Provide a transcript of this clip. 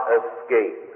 escape